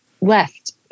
left